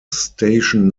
station